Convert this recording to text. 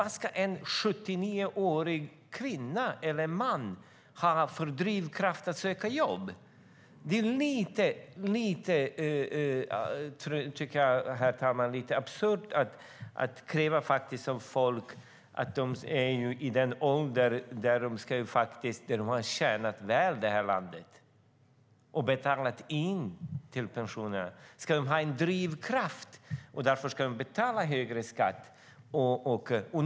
Vad ska 79-årig kvinna eller man ha för drivkraft att söka jobb? Det är lite absurt, herr talman, att kräva det av människor när de är i den åldern att de har tjänat det här landet väl och har betalat in till pensionerna. De ska ha en drivkraft, och därför ska de betala högre skatt.